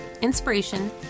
inspiration